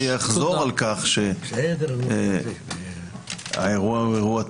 אחזור על כך שהאירוע הוא אירוע טראגי.